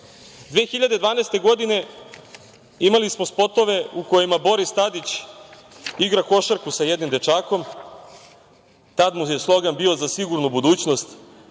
2012. imali smo spotove u kojima Boris Tadić igra košarku sa jednim dečakom. Tada mu je slogan bio „Za sigurnu budućnost“,